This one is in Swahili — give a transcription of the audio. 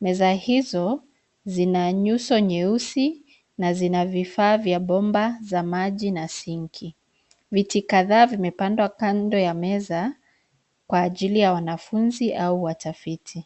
Meza hizo, zina nyuso nyeusi, na zina vifaa vya bomba za maji na sinki. Viti kadhaa vimepangwa kando ya meza, kwa ajili ya wanafunzi au watafiti.